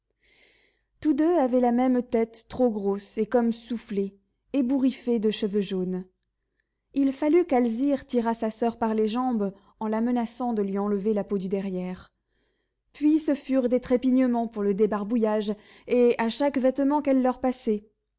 tous deux avaient la même tête trop grosse et comme soufflée ébouriffée de cheveux jaunes il fallut qu'alzire tirât sa soeur par les jambes en la menaçant de lui enlever la peau du derrière puis ce furent des trépignements pour le débarbouillage et à chaque vêtement qu'elle leur passait